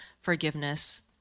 forgiveness